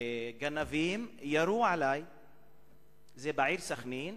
וגנבים ירו עלי בסח'נין,